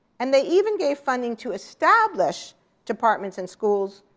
and they even gave funding to establish departments in schools,